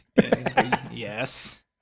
Yes